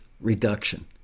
reduction